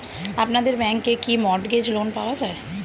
আপনাদের ব্যাংকে কি মর্টগেজ লোন পাওয়া যায়?